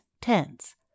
tense